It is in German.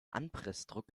anpressdruck